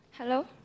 Hello